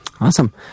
Awesome